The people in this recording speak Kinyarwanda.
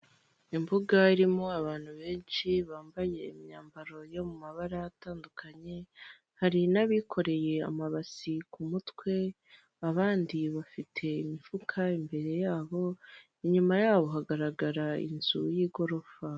Imbuga irimo abantu benshi bambaye imyambaro yo mu mabara atandukanye, hari n'abikoreye amabasi ku mutwe, abandi bafite imifuka imbere yabo, inyuma yabo hagaragara inzu y'igorofa.